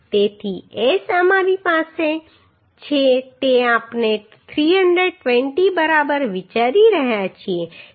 તેથી S અમારી પાસે છે તે આપણે 320 બરાબર વિચારી રહ્યા છીએ